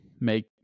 Make